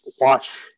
Watch